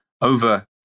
Over